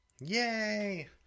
Yay